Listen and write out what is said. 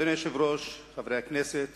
אדוני היושב-ראש, חברי הכנסת,